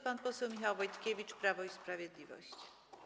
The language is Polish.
Pan poseł Michał Wojtkiewicz, Prawo i Sprawiedliwość.